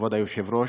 לכבוד היושב-ראש,